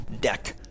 deck